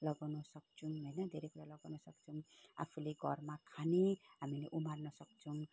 लगाउन सक्छौँ होइन धेरै कुरा लगाउन सक्छौँ आफूले घरमा खाने हामीले उमार्न सक्छौँ